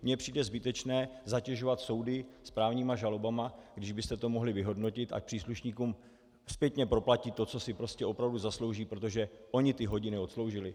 Mně přijde zbytečné zatěžovat soudy správními žalobami, když byste to mohli vyhodnotit a příslušníkům zpětně proplatit to, co si prostě opravdu zaslouží, protože oni ty hodiny odsloužili.